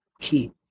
key